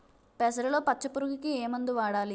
పెసరలో పచ్చ పురుగుకి ఏ మందు వాడాలి?